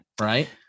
Right